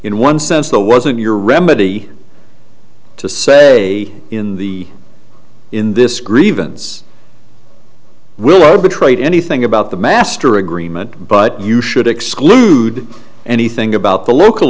in one sense though wasn't your remedy to say in the in this grievance willow betrayed anything about the master agreement but you should exclude anything about the local